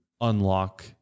unlock